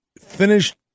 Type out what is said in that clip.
finished